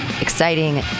Exciting